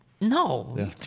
No